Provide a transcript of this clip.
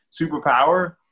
superpower